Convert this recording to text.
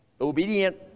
obedient